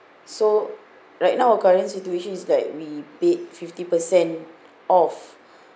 so right now our current situation is that we bid fifty percent off